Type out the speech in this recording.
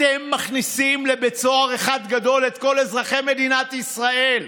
אתם מכניסים לבית סוהר אחד גדול את כל אזרחי מדינת ישראל.